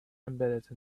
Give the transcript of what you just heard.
embedded